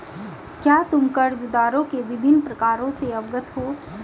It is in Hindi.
क्या तुम कर्जदारों के विभिन्न प्रकारों से अवगत हो?